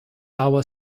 our